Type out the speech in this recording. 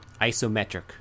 Isometric